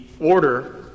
order